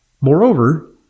Moreover